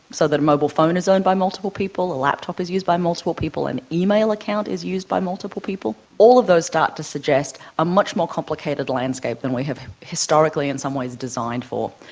so that a mobile phone is owned by multiple people, a laptop is used by multiple people, an email account is used by multiple people. all of those start to suggest a much more complicated landscape than we have historically in some ways designed for.